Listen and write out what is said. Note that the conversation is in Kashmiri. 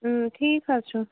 ٹھیٖک حظ چھُ